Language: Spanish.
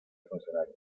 funcionario